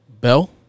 Bell